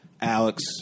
Alex